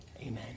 Amen